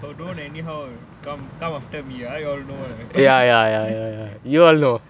so don't anyhow come come after me I all know right